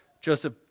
Joseph